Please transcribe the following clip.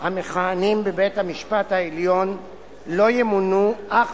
המכהנים בבית-המשפט העליון לא ימונו אך